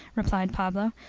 replied pablo,